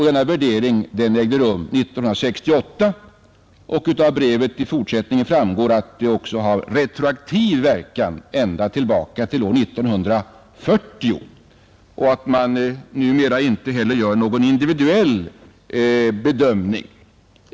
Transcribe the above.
Denna värdering ägde rum 1968. Av brevets fortsättning framgår att denna bestämmelse också har retroaktiv verkan så långt tillbaka som till år 1940 samt att man numera inte heller gör någon individuell bedömning.